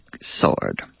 sword